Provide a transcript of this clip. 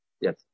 Yes